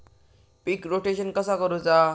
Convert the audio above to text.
पीक rotation कसा करूचा?